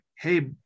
hey